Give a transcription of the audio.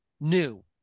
new